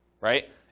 right